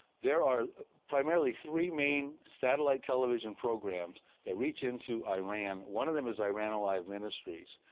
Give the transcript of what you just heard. there are primarily three main satellite television programs that reach into iran. one of them is iran alive ministries,